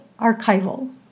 archival